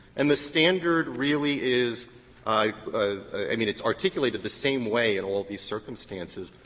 and the standard really is i i mean, it's articulated the same way in all these circumstances,